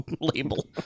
label